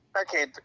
Okay